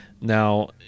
Now